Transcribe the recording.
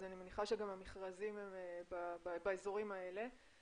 אז אני מניחה שגם המכרזים הם באזורים האלה.